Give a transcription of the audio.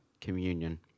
communion